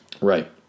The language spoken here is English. Right